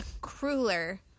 crueler